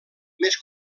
més